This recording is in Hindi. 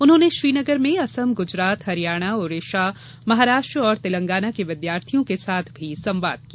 उन्होंने श्रीनगर में असम गुजरात हरियाणा ओडिशा महाराष्ट्र और तेलंगाना के विद्यार्थियों के साथ भी संवाद किया